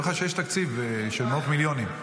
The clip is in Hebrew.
אני זוכר שיש תקציב של מאות מיליונים.